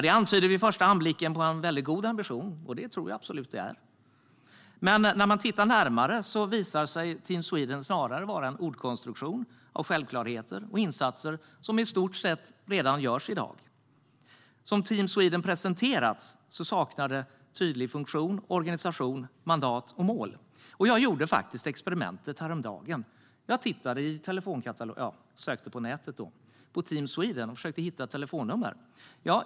Det antyder vid första anblicken på en god ambition, och det tror jag absolut att man har. Men när man tittar närmare visar sig Team Sweden snarare vara en ordkonstruktion av självklarheter och insatser som i stort sett redan görs i dag. Som Team Sweden presenterats saknar det tydlig funktion, organisation, mandat och mål. Häromdagen gjorde jag experimentet att söka Team Sweden på nätet för att hitta telefonnumret dit.